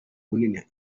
bunini